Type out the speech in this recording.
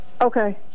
Okay